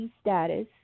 status